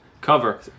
cover